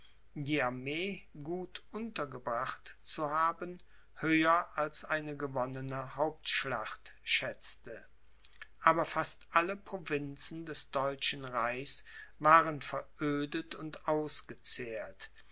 armee gut untergebracht zu haben höher als eine gewonnene hauptschlacht schätzte aber fast alle provinzen des deutschen reichs waren verödet und ausgezehrt